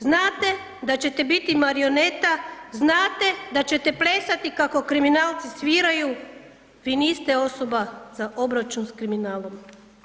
Znate da ćete biti marioneta, znate da ćete plesati kako kriminalci sviraju, vi niste osoba za obračun sa kriminalom.